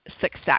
success